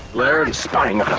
laird, he's spying